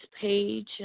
page